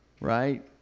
right